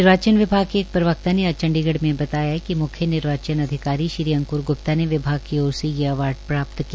निर्वाचन विभाग के एक प्रवक्ता ने आज चंडीगढ़ में बताया कि म्ख्य निर्वाचन अधिकारी श्री अंक्र ग्प्ता ने विभाग की ओर से यह अवार्ड प्राप्त किया